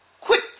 quit